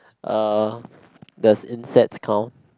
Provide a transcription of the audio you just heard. uh does insects count